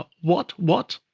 but what? what?